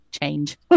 change